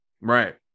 Right